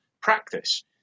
practice